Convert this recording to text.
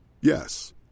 Yes